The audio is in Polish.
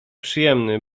przyjemny